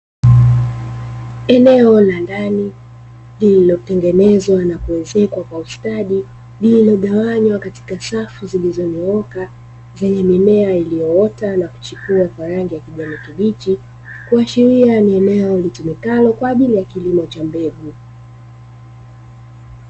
Eneo na ndani, inatengenezwa na kuwezekwa kwa ustadi. Mimea huwekwa katika safu zilizonyooka, zenye mimea iliyoota na kuchukua ubora wa kibichi, kuashiria mimea inatumikalo kwa ajili ya kilimo cha mbegu.